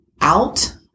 out